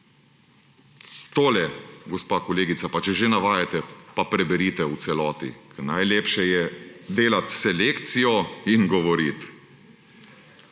Tole, gospa kolegica, če že navajate, pa preberite v celoti. Ker najlepše je delati selekcijo in govoriti.